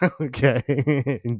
Okay